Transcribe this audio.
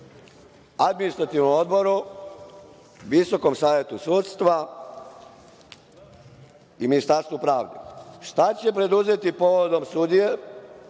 Administrativnom odboru, Visokom savetu sudstva i Ministarstvu pravde - šta će preduzeti povodom sudije,